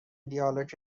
دیالوگ